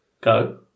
Go